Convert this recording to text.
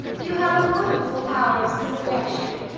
you have a wonderful power of selection.